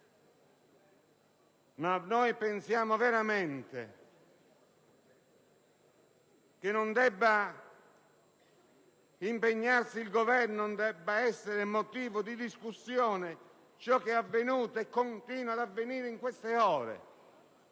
Pensiamo veramente che non debba impegnarsi il Governo, né debba essere motivo di discussione quanto è avvenuto e continua ad avvenire in queste ore?